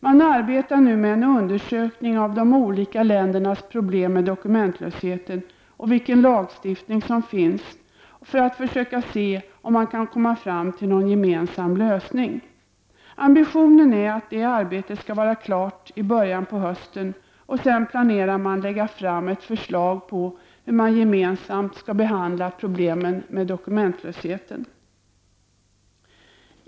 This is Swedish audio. De arbetar nu med en undersökning av de olika ländernas problem med dokumentlösheten och den lagstiftning som finns, för att försöka se om de kan komma fram till någon gemensam lösning. Ambitionen är att arbetet skall vara klart i början av hösten, och sedan planerar de att lägga fram ett förslag till hur man gemensamt skall behandla problemen med dokumentlösheten.